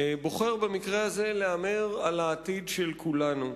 בוחר במקרה הזה להמר על העתיד של כולנו.